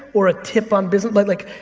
or a tip on business, like, like